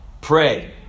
pray